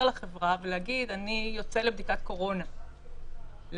לחברה ולהגיד: אני יוצא לבדיקת קורונה למשל,